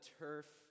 turf